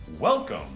Welcome